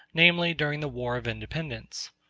namely, during the war of independence.